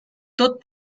tot